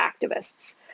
activists